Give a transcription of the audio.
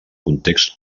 context